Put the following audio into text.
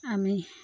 আমি